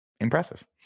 impressive